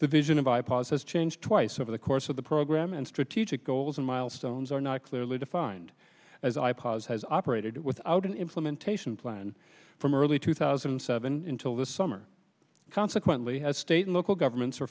the vision of i pods has changed twice over the course of the program and strategic goals and milestones are not clearly defined as i pods has operated without an implementation plan from early two thousand and seven in till this summer consequently has state and local governments are